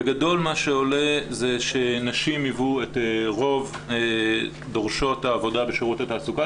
בגדול מה שעולה זה שנשים היוו את רוב דורשות העבודה בשירות התעסוקה,